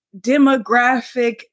demographic